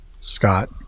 Scott